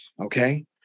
Okay